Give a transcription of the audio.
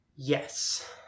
Yes